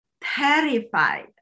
terrified